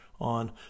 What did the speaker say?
On